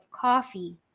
coffee